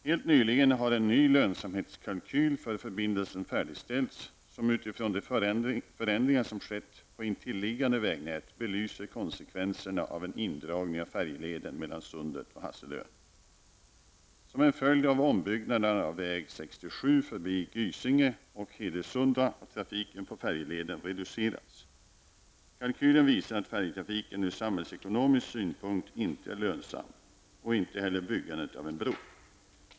Helt nyligen har en ny lönsamhetskalkyl för förbindelsen färdigställts som utifrån de förändringar som skett på intilliggande vägnät belyser konsekvenserna av en indragning av färjeleden mellan Sundet och Hasselön. Gysinge och Hedesunda har trafiken på färjeleden reducerats. Kalkylen visar att färjtrafiken ur samhällsekonomisk synpunkt inte är lönsam och inte heller byggandet av en bro.